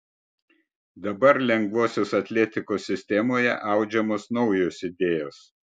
dabar lengvosios atletikos sistemoje audžiamos naujos idėjos